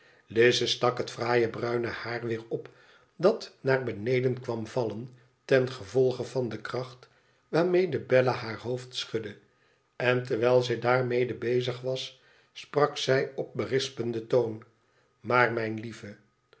lize stak het fraaie brume haar weer op dat naar beneden kwam vallen ten gevolge van de kracht waarmede bella haar hoofd schudde en terwijl zij daarmede bezig was sprak zij op berispendentoon maar mijn lieve